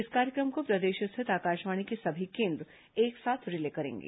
इस कार्यक्रम को प्रदेश स्थित आकाशवाणी के सभी केन्द्र एक साथ रिले करेंगे